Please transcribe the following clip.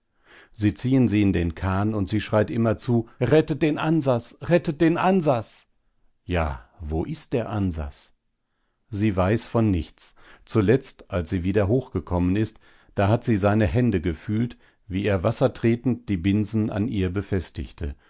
sie ziehen sie in den kahn und sie schreit immerzu rettet den ansas rettet den ansas ja wo ist der ansas sie weiß von nichts zuletzt als sie wieder hochgekommen ist da hat sie seine hände gefühlt wie er wassertretend die binsen an ihr befestigte